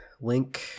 link